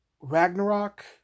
Ragnarok